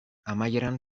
amaieran